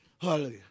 Hallelujah